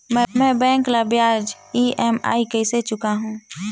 मैं बैंक ला ब्याज ई.एम.आई कइसे चुकाहू?